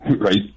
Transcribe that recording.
Right